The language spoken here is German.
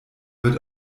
wird